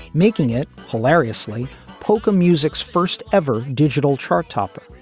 making it hilariously poca music's first ever digital chart topper.